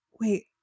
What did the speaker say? wait